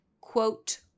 Quote